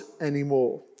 anymore